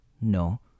No